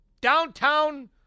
downtown